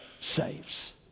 saves